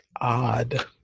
odd